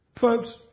Folks